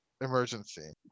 emergency